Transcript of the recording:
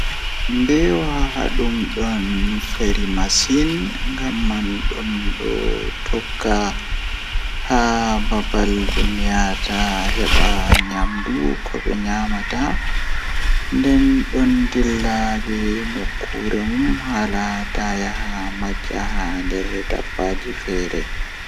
Haa nyande mi wawan mi dilla jahangal kilomitaaji sappo.